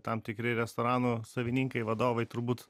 tam tikri restoranų savininkai vadovai turbūt